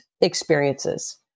experiences